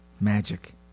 Magic